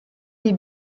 des